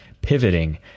pivoting